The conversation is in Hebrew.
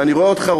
ואני רואה אותך,